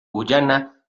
guyana